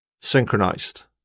synchronized